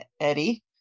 Eddie